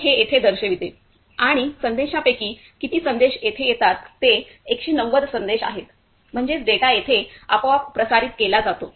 तर हे येथे दर्शविते आणि संदेशांपैकी किती संदेश येथे येतात ते 190 संदेश आहेत म्हणजेच डेटा येथे आपोआप प्रसारित केला जातो